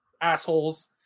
assholes